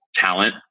talent